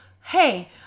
hey